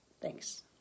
Thanks